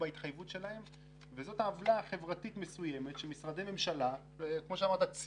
אם אדם, זה כמו שעושים תחקיר